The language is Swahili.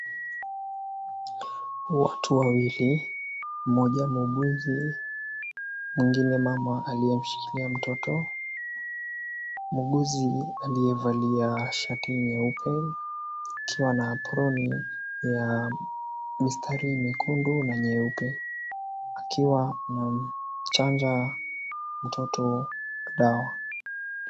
Watu wawili mmoja muhuguzi mwingine mama aliyemshikilia mtoto. Muhuguzi aliyevalia shati nyeupe akiwa na aproni ya mistari mekundu na nyeupe akiwa anamchanja mtoto dawa.